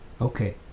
okay